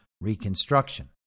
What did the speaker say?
reconstruction